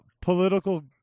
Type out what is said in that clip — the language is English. political